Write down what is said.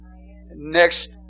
Next